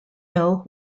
ill